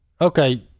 okay